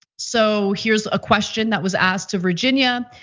so here's a question that was asked to virginia.